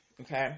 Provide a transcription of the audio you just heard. Okay